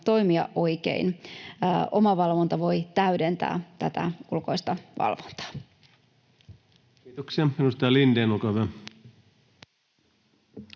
toimia oikein. Omavalvonta voi täydentää tätä ulkoista valvontaa. Kiitoksia. — Edustaja Lindén, olkaa hyvä.